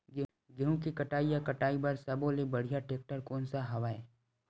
गेहूं के कटाई या कटाई बर सब्बो ले बढ़िया टेक्टर कोन सा हवय?